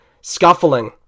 scuffling